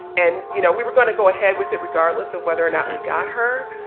and, you know, we were going to go ahead with it regardless of whether or not we got her.